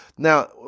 Now